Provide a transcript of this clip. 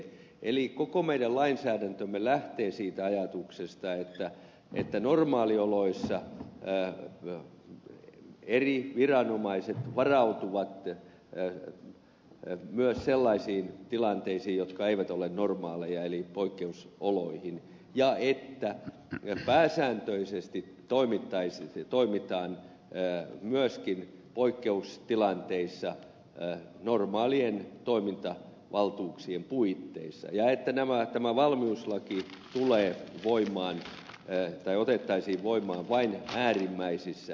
eli koko meidän lainsäädäntömme lähtee siitä ajatuksesta että normaalioloissa eri viranomaiset varautuvat myös sellaisiin tilanteisiin jotka eivät ole normaaleja eli poikkeusoloihin ja että pääsääntöisesti toimitaan myöskin poikkeustilanteissa normaalien toimintavaltuuksien puitteissa ja että tämä valmiuslaki otettaisiin voimaan vain äärimmäisissä tilanteissa